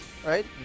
Right